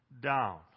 down